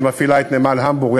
שמפעילה את נמל המבורג,